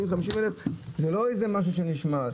40,000-50,000 זה לא משהו שנשמט.